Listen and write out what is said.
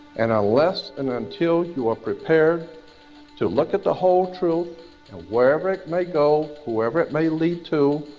and unless and until you are prepared to look at the whole truth, and wherever it may go, whoever it may lead to,